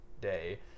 day